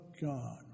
God